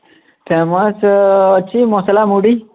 famous ଅଛି ମସଲା ମୁଢ଼ି